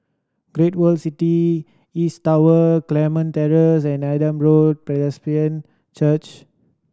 Great World City East Tower Carmen Terrace and Adam Road Presbyterian Church